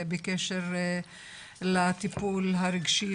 בקשר לטיפול הרגשי,